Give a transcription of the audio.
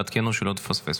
עדכנו אותה שלא תפספס.